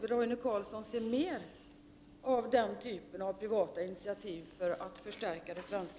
Vill Roine Carlsson se mer av denna typ av privata initiativ med syfte att förstärka det svenska